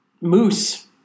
Moose